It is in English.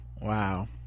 wow